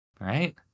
right